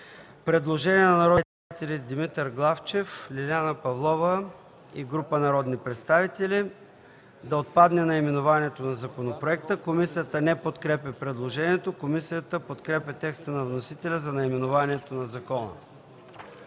Предложение на народния представител Димитър Главчев и група народни представители – да отпадне наименованието на законопроекта. Комисията не подкрепя предложението. Комисията подкрепя текста на вносителя за наименованието на закона.